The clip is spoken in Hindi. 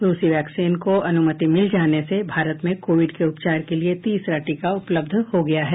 रूसी वैक्सीन को अनुमति मिल जाने से भारत में कोविड के उपचार के लिए तीसरा टीका उपलब्ध हो गया है